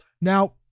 Now